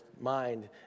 mind